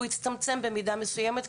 הוא הצטמצם במידה מסוימת,